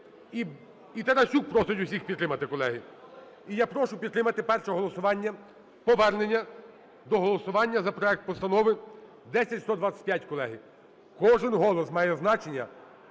І Тарасюк просить всіх підтримати, колеги. І я прошу підтримати перше голосування, повернення до голосування за проект постанови 10125, колеги. Кожен голос має значення.